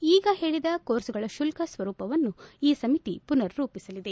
ಈಗ ಹೇಳಿದ ಕೋರ್ಸ್ಗಳ ಶುಲ್ತ ಸ್ವರೂಪವನ್ನು ಈ ಸಮಿತಿ ಪುನರ್ ರೂಪಿಸಲಿದೆ